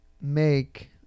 make